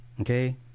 okay